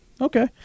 Okay